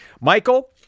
Michael